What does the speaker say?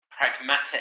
pragmatic